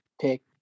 pick